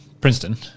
Princeton